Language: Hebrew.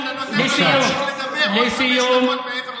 החופש שאתה נותן לו להמשיך לדבר עוד חמש דקות מעבר לזמן,